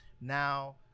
Now